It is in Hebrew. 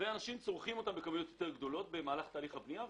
לכן האנשים צורכים אותם בכמויות יותר גדולות במהלך תהליך הבנייה.